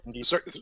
Sorry